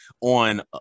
On